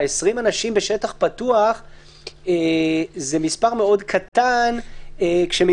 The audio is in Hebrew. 20 אנשים בשטח פתוח זה מספר מאוד קטן כשממילא